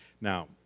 Now